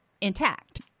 intact